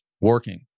working